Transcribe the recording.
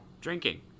drinking